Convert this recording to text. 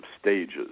stages